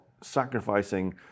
sacrificing